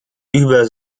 über